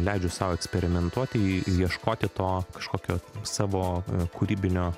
leidžiu sau eksperimentuoti ieškoti to kažkokio savo kūrybinio